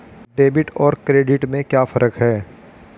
Debit और credit में क्या फर्क है?